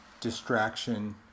distraction